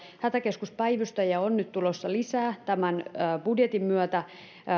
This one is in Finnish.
hätäkeskuspäivystäjiä on nyt tulossa lisää tämän budjetin myötä